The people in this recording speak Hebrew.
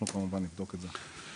אנחנו כמובן נבדוק את זה.